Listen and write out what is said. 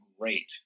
great